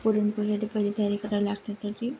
पुरणपोळीसाठी पहिली तयारी करावी लागते तर ती